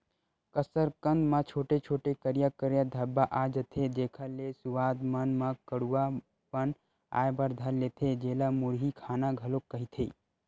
कसरकंद म छोटे छोटे, करिया करिया धब्बा आ जथे, जेखर ले सुवाद मन म कडुआ पन आय बर धर लेथे, जेला मुरही खाना घलोक कहिथे